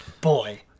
boy